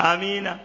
Amen